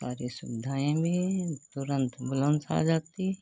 सारी सुविधाएँ भी हैं तुरंत एम्बुलेंस आ जाती है